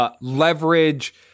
Leverage